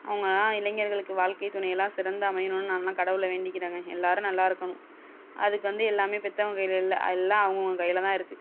அவங்கலாம் இளைஞர்களுக்கு வாழ்க்கை துணையெல்லாம் சிறந்து அமையணும்னு நாங்களாம் கடவுளை வேண்டிகிறங்க எல்லோரும் நல்லாயிருக்கணும் அதுக்கு வந்து எல்லாம் பெற்றவங்க கையில் இல்லை எல்லாம் அவங்கள் அவங்கள் கையில் தான் இருக்கு